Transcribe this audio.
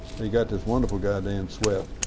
they got this wonderful guy, dan sweat,